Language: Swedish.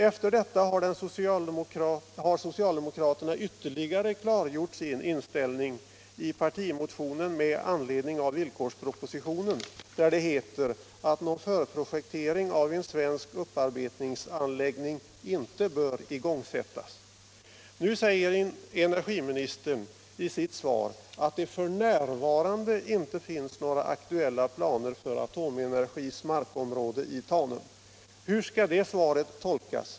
Efter detta har socialdemokraterna ytterligare klargjort sin inställning i partimotionen med anledning av villkorspropositionen. I den motionen heter det att någon förprojektering av en svensk upparbetningsanläggning inte bör igångsättas. Nu säger energiministern i sitt svar att det f. n. inte finns några aktuella planer för AB Atomenergis markområde i Tanum. Hur skall det svaret tolkas?